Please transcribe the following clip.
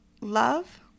Love